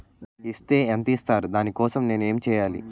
Is తే ఎంత ఇస్తారు దాని కోసం నేను ఎంచ్యేయాలి?